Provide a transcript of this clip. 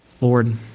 Lord